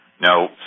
Now